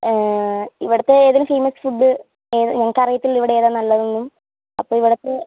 ഇവിടുത്തെ ഏതെങ്കിലും famous food ഞങ്ങൾക്ക് അറിയില്ല ഇവിടെ ഏതാണ് നല്ലത് എന്നും അപ്പോൾ ഇവിടുത്തെ